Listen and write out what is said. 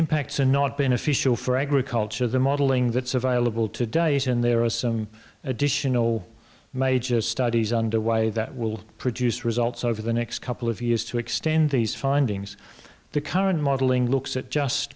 impacts are not beneficial for agriculture the modeling that's available to days and there are some additional major studies underway that will produce results over the next couple of years to extend these findings the current modeling looks at just